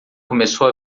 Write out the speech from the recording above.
começou